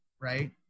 right